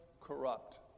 corrupt